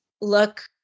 look